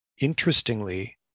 Interestingly